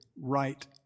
right